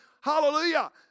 Hallelujah